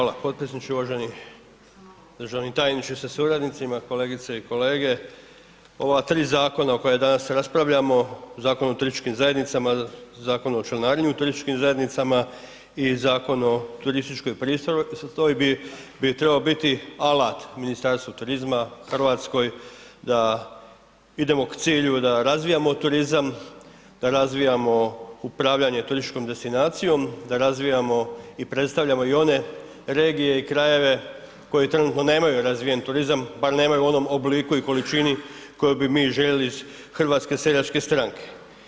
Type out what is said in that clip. Hvala potpredsjedniče i uvaženi državni tajniče sa suradnicima, kolegice i kolege ova 3 zakona o kojima danas raspravljamo, Zakon o turističkim zajednicama, Zakon o članarini u turističkim zajednicama i Zakon o turističkoj pristojbi bi trebao biti alat Ministarstvu turizma, Hrvatskoj da idemo k cilju, da razvijamo turizma, da razvijamo upravljanje turističkom destinacijom, da razvijamo i predstavljamo i one regije i krajeve koji trenutno nemaju razvijen turizam, bar nemaju u onom obliku i količini koju bi željeli iz HSS-a.